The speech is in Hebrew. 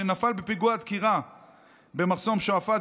שנפל לפני עשרה ימים בערך בפיגוע דקירה במחסום שועפאט,